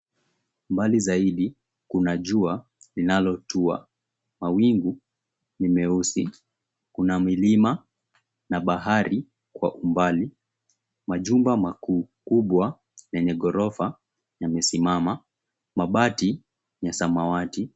Mbali zaidi kuna jua linalotua, mawingu ni meusi kuna milima na bahari kwa umbali majumba makubwa lenye gorofa yamesimama mabati ni ya samawati.